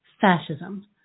fascism